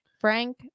Frank